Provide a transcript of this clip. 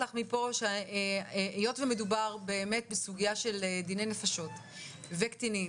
לך מפה שהיות שמדובר באמת בסוגייה של דיני נפשות וקטינים,